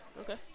Okay